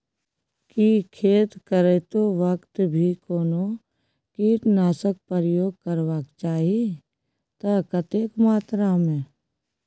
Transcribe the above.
की खेत करैतो वक्त भी कोनो कीटनासक प्रयोग करबाक चाही त कतेक मात्रा में?